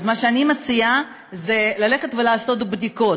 אז מה שאני מציעה זה ללכת ולעשות בדיקות,